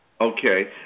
Okay